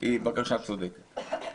היא בקשה צודקת.